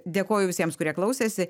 dėkoju visiems kurie klausėsi